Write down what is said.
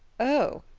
oh!